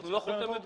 לא חותמת גומי.